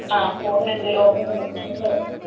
ആ ഫോണിനെന്തേലും ഓഫറോ